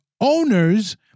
owners